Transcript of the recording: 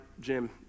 Jim